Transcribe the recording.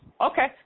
Okay